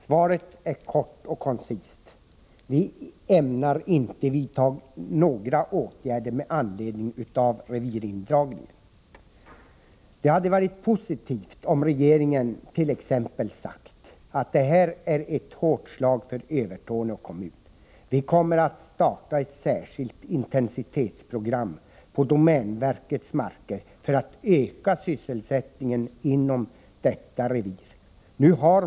Svaret är kort och Om planerna på att koncist: Vi ämnar inte vidta några åtgärder med anledning av revirindraglägga ner Över BEER torneå revir Det hade varit positivt om regeringen t.ex. hade sagt att det här är ett hårt slag för Övertorneå kommun, vi kommer att starta ett särskilt intensitetsprogram på domänverkets marker för att öka sysselsättningen inom detta revir.